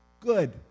Good